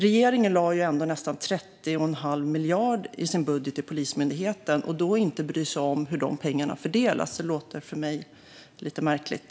Regeringen lade ändå nästan 30 1⁄2 miljard i sin budget till Polismyndigheten. Att då inte bry sig om hur de pengarna fördelas låter för mig lite märkligt.